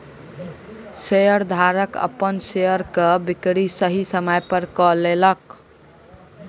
शेयरधारक अपन शेयर के बिक्री सही समय पर कय लेलक